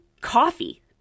coffee